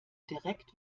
direkt